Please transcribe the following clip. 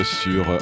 sur